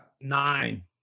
Nine